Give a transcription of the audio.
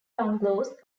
bungalows